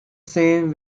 same